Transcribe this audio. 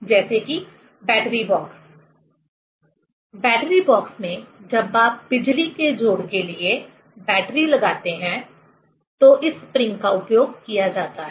जैसे कि battery box battery box में जब आप बिजली के जोड़ के लिए बैटरी लगाते हैं तो इस स्प्रिंग का उपयोग किया जाता है